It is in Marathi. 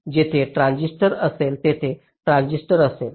येथे ट्रान्झिस्टर असेल येथे ट्रान्झिस्टर असेल